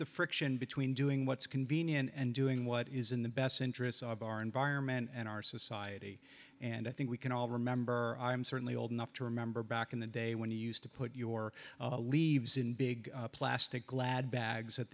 the friction between doing what's convenient and doing what is in the best interests of our environment and our society and i think we can all remember i'm certainly old enough to remember back in the day when you used to put your leaves in big plastic glad bags at